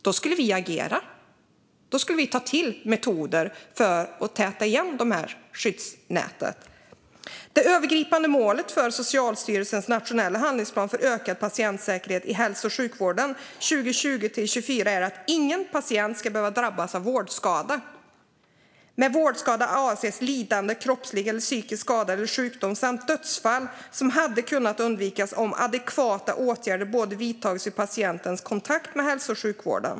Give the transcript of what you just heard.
Då skulle vi agera och ta till metoder för att laga skyddsnätet. Det övergripande målet för Socialstyrelsens nationella handlingsplan för ökad patientsäkerhet i hälso och sjukvården 2020-2024 är att ingen patient ska behöva drabbas av vårdskada. Med vårdskada avses lidande, kroppslig eller psykisk skada eller sjukdom samt dödsfall som hade kunnat undvikas om adekvata åtgärder hade vidtagits vid patientens kontakt med hälso och sjukvården.